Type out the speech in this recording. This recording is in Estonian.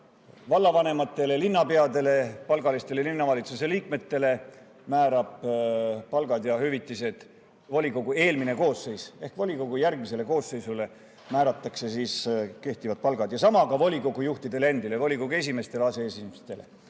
vallavanematele ja linnapeadele ning palgalistele linnavalitsuse liikmetele määrab palgad ja hüvitised volikogu eelmine koosseis. Seega volikogu järgmisele koosseisule määratakse kehtivad palgad ja ka volikogu juhtidele: volikogu esimeestele ja aseesimeestele.